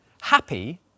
Happy